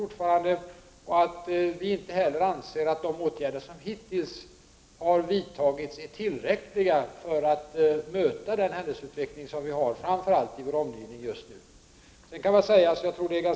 Regeringen anser inte heller att de åtgärder som hittills vidtagits är tillräckliga för att möta den händelseutveckling som vi nu har i vår omgivning.